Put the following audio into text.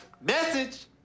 Message